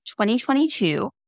2022